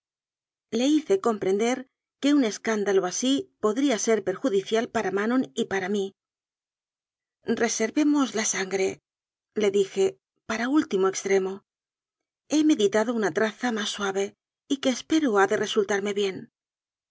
le hice comprender que un escándalo así podría ser perjudicial para manon y para mí reservemos la sangrele dijepara último extremo he meditado una traza más sua ve y que espero ha de resultarme bien